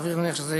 סביר להניח שזה